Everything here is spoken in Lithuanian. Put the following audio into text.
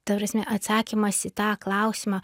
ta prasme atsakymas į tą klausimą